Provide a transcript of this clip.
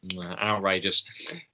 Outrageous